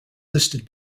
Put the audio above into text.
listed